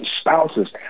spouses